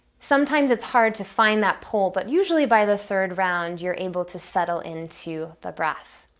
sometimes it's hard to find that pull, but usually by the third round you're able to settle into the breath.